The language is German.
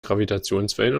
gravitationswellen